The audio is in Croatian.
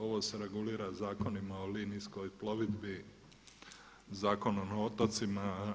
Ovo se regulira zakonima o linijskoj plovidbi, Zakonom o otocima.